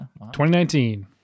2019